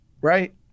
right